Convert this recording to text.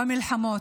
במלחמות.